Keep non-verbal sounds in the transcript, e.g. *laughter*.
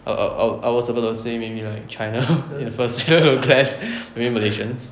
I I I I was going to say maybe like china *laughs* at first *laughs* maybe malaysians